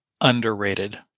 underrated